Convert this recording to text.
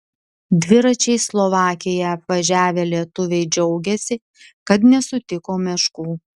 dviračiais slovakiją apvažiavę lietuviai džiaugiasi kad nesutiko meškų